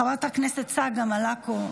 חברת הכנסת צגה מלקו,